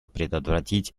предотвратить